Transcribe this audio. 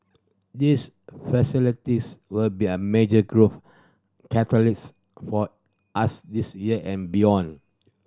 this facilities will be a major growth catalyst for us this year and beyond